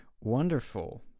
wonderful